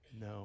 No